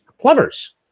plovers